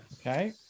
Okay